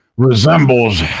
resembles